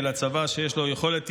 אלא צבא שיש לו יכולת תמרון,